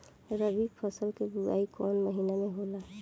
रबी फसल क बुवाई कवना महीना में होला?